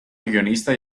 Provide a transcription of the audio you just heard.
guionista